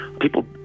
People